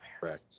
correct